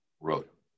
wrote